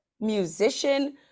musician